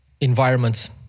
environments